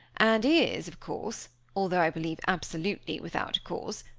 and is, of course, although i believe absolutely without cause,